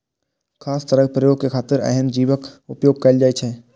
खास तरहक प्रयोग के खातिर एहन जीवक उपोयग कैल जाइ छै